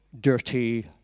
dirty